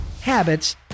Habits